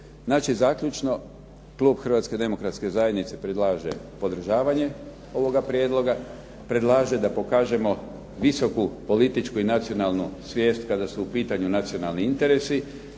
Znači, zaključno klub Hrvatske demokratske zajednice predlaže podržavanje ovoga prijedloga, predlaže da pokažemo visoku političku i nacionalnu svijest kada su u pitanju nacionalni interesi